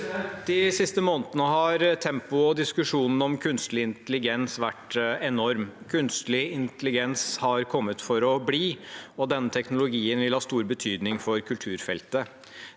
«De siste månedene har tempoet og diskusjonen om kunstig intelligens vært enorm. Kunstig intelligens har kommet for å bli. Denne teknologien vil ha stor betydning for kulturfeltet.